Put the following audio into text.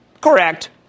Correct